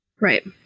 Right